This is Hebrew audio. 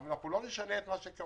אבל אנחנו לא נשנה את מה גובה